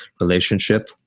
relationship